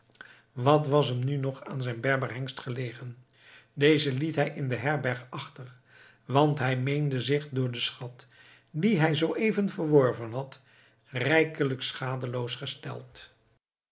wat was hem nu nog aan zijn berberhengst gelegen dezen liet hij in de herberg achter want hij meende zich door den schat dien hij zooeven verworven had rijkelijk